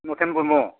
मतेन ब्रह्म